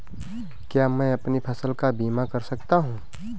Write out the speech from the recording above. क्या मैं अपनी फसल का बीमा कर सकता हूँ?